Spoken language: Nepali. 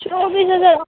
चौबिस हजार